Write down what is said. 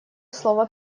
слово